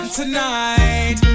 tonight